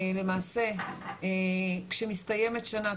למעשה כשמסתיימת שנה,